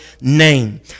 name